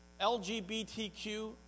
LGBTQ